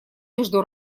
между